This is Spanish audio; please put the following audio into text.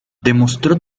demostró